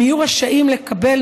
הם יהיו רשאים לקבל,